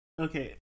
okay